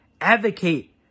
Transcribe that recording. advocate